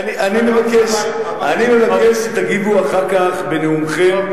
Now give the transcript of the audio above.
אני מבקש שתגיבו אחר כך, בנאומכם.